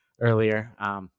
earlier